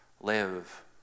live